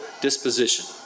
disposition